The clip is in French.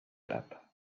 pape